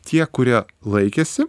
tie kurie laikėsi